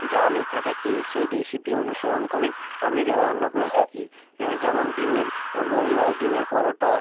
যা লেখা থাকে সেই রেসিপি অনুসরণ করেই আমি রান্না করে থাকি যেমন ডিমের মোগলাই ডিমের পরোটা